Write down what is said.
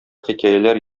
хикәяләр